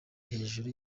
hejuru